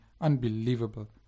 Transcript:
Unbelievable